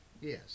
Yes